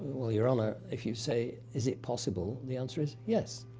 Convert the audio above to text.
well, your honor, if you say, is it possible the answer is yes.